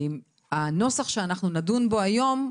הנוסח שאנחנו נדון בו היום,